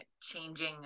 changing